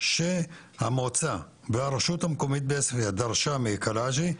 שהמועצה והרשות המקומית בעוספיה דרשה מקאלג'י,